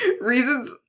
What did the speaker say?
reasons